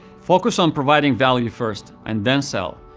focus on providing value first, and then sell.